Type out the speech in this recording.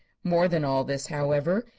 more than all this, however,